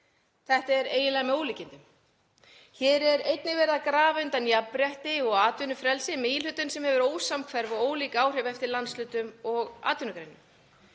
Þetta er eiginlega með ólíkindum. Hér er einnig verið að grafa undan jafnrétti og atvinnufrelsi með íhlutun sem hefur ósamhverf og ólík áhrif eftir landshlutum og atvinnugreinum.